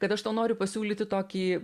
kad aš tau noriu pasiūlyti tokį